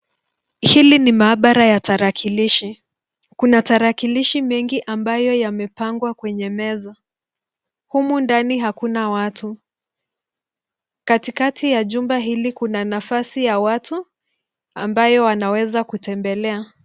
Hili ni maabara ya tarakilishi. Kuna tarakilishi mengi ambayo yamepangwa kwenye meza. Humu ndani hakuna watu. Katikati ya jumba hili kuna nafasi ya watu ambayo wanaweza kutembelea.